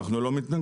אנחנו לא מתנגדים.